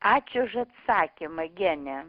ačiū už atsakymą genė